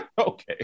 Okay